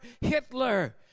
Hitler